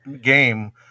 game